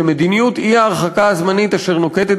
ש"מדיניות אי-ההרחקה הזמנית אשר נוקטת